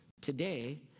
Today